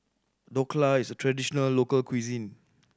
Dhokla is a traditional local cuisine